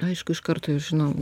aišku iš karto jau žinau